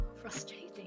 frustrating